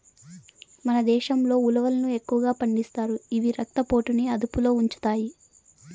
మన దేశంలో ఉలవలను ఎక్కువగా పండిస్తారు, ఇవి రక్త పోటుని అదుపులో ఉంచుతాయి